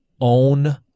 own